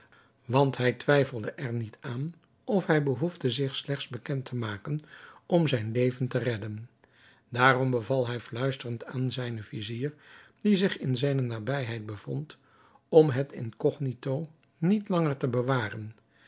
want hij twijfelde er niet aan of hij behoefde zich slechts bekend te maken om zijn leven te redden daarom beval hij fluisterend aan zijnen vizier die zich in zijne nabijheid bevond om het incognito niet langer te bewaren